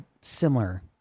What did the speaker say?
similar